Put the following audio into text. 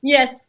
Yes